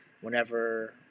whenever